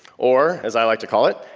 or as i like to call it,